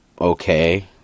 okay